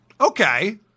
Okay